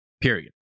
Period